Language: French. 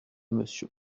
monsieur